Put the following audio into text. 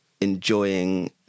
enjoying